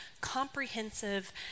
comprehensive